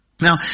Now